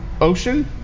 Ocean